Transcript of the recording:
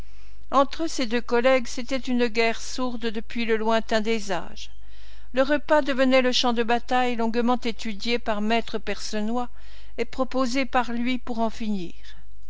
entre ces deux collègues c'était une guerre sourde depuis le lointain des âges le repas devenait le champ de bataille longuement étudié par me percenoix et proposé par lui pour en finir